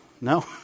No